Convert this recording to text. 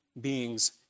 beings